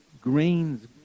grains